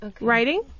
Writing